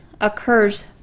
occurs